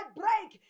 break